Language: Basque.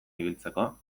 ibiltzeko